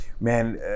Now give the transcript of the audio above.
man